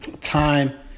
time